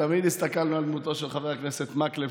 תמיד הסתכלנו על דמותו של חבר הכנסת מקלב,